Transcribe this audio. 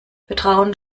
vertrauen